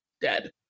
dead